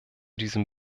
diesem